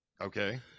Okay